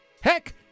Heck